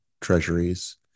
treasuries